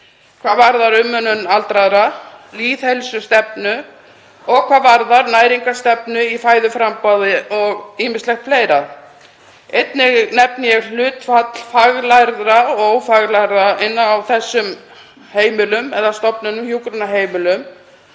hvað varðar umönnun aldraðra, lýðheilsustefnu og hvað varðar næringarstefnu í fæðuframboði og ýmislegt fleira. Einnig nefni ég hlutfall faglærðra og ófaglærðra inni á þessum heimilum eða stofnunum, hjúkrunarheimilum,